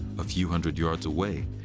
a few hundred yards away,